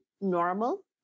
normal